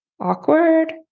awkward